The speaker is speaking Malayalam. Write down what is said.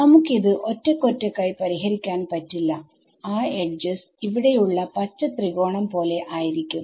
നമുക്കിത് ഒറ്റക്ക് ഒറ്റക്കായി പരിഹരിക്കാൻ പറ്റില്ല ആ എഡ്ജസ് ഇവിടെയുള്ള പച്ച ത്രികോണം പോലെ ആയിരിക്കും